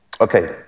Okay